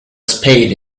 spade